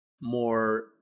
more